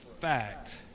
fact